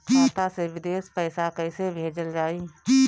खाता से विदेश पैसा कैसे भेजल जाई?